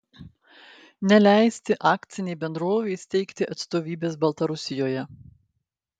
neleisti akcinei bendrovei steigti atstovybės baltarusijoje